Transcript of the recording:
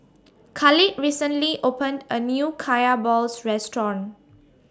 Khalid recently opened A New Kaya Balls Restaurant